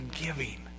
giving